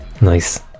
Nice